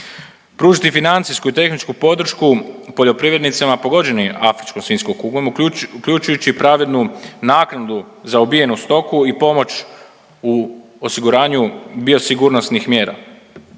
Pružiti financijsku i tehničku podršku poljoprivrednicima pogođenim afričkom svinjskom kugom uključujući i pravednu naknadu za ubijenu stoku i pomoć u osiguranju biosigurnosnih mjera.